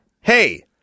Hey